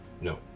no